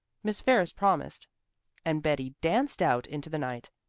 miss ferris promised and betty danced out into the night.